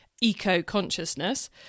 eco-consciousness